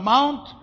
Mount